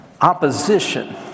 opposition